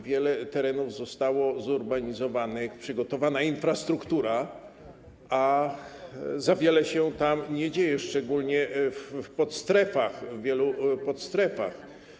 Wiele terenów zostało zurbanizowanych, przygotowano infrastrukturę, a za wiele się tam nie dzieje, szczególnie w wielu podstrefach.